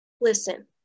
listen